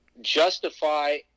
justify